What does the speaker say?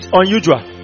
unusual